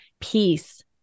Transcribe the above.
peace